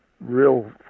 real